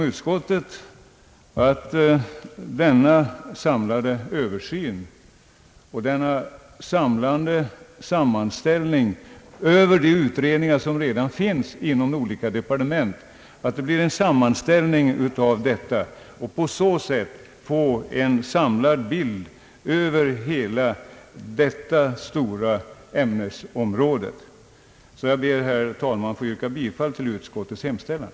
Utskottet har funnit att en samlad värdering bör ske av de utredningsresultat som har framkommit inom olika departement. På så sätt skulle vi få en samlad bild av hela detta stora ämnesområde. Jag ber, herr talman, att få yrka bifall till utskottets hemställan.